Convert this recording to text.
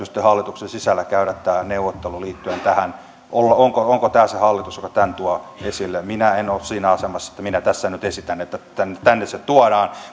sitten hallituksen sisällä käydä neuvottelu liittyen tähän onko tämä se hallitus joka tämän tuo esille minä en ole siinä asemassa että minä tässä nyt esitän että tänne tänne se tuodaan